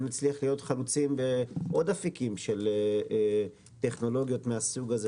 אם נצליח להיות חלוצים בעוד אפיקים של טכנולוגיות מהסוג הזה.